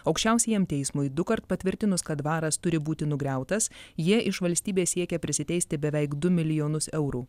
aukščiausiajam teismui dukart patvirtinus kad dvaras turi būti nugriautas jie iš valstybės siekia prisiteisti beveik du milijonus eurų